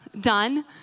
done